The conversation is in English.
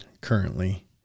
currently